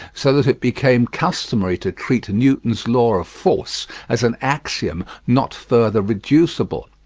so that it became customary to treat newton's law of force as an axiom not further reducible.